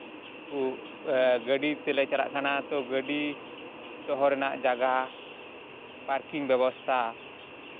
ᱠᱚ ᱜᱟᱹᱰᱤ ᱛᱮᱞᱮ ᱪᱟᱞᱟᱜ ᱠᱟᱱᱟ ᱛᱳ ᱜᱟᱹᱰᱤ ᱫᱚᱦᱚ ᱨᱮᱱᱟᱜ ᱡᱟᱭᱜᱟ ᱯᱟᱨᱠᱤᱝ ᱵᱮᱵᱚᱥᱛᱷᱟ